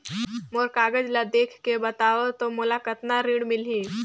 मोर कागज ला देखके बताव तो मोला कतना ऋण मिलही?